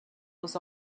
was